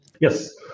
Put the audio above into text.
Yes